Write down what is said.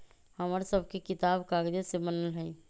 हमर सभके किताब कागजे से बनल हइ